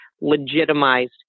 legitimized